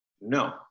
No